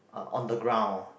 on the ground